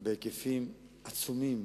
היא בהיקפים עצומים